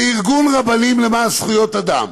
זה ארגון רבנים למען זכויות אדם.